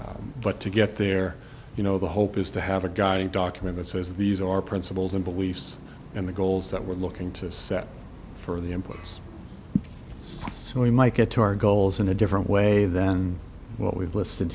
but to get there you know the hope is to have a guiding document that says these are principles and beliefs and the goals that we're looking to set for the employees so we might get to our goals in a different way than what we've listed